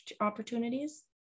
opportunities